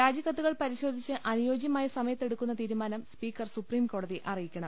രാജിക്കത്തുകൾ പരിശോധിച്ച് അനുയോജ്യമായ സമ യത്തെടുക്കുന്ന തീരുമാനം സ്പീക്കർ സുപ്രീംകോടതിയെ അറി യിക്കണം